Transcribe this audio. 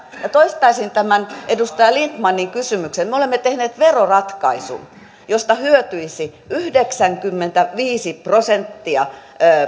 ja toistaisin tämän edustaja lindtmanin kysymyksen me olemme tehneet veroratkaisun josta hyötyisi yhdeksänkymmentäviisi prosenttia